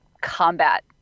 combat